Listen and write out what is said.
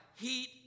Heat